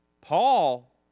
Paul